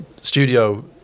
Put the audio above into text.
studio